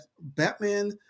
batman